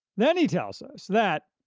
then he tells us that,